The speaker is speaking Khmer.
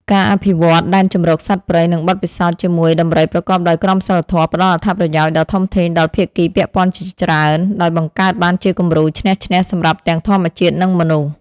ការអភិវឌ្ឍដែនជម្រកសត្វព្រៃ និងបទពិសោធន៍ជាមួយដំរីប្រកបដោយក្រមសីលធម៌ផ្តល់អត្ថប្រយោជន៍ដ៏ធំធេងដល់ភាគីពាក់ព័ន្ធជាច្រើន ដោយបង្កើតបានជាគំរូ ឈ្នះ ឈ្នះ សម្រាប់ទាំងធម្មជាតិ និងមនុស្ស។